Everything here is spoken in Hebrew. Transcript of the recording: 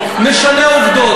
משנה מה העובדות.